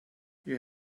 you